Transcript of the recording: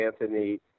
Anthony